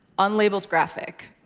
unlabeled graphic,